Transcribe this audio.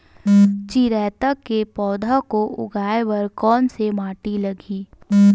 चिरैता के पौधा को उगाए बर कोन से माटी लगही?